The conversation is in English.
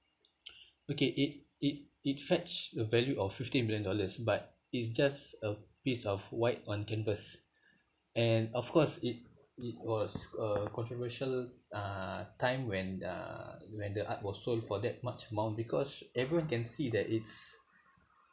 okay it it it fetched a value of fifty million dollars but it's just a piece of white on canvas and of course it it was a controversial uh time when uh when the art was sold for that much amount because everyone can see that it's